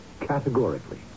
categorically